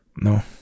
no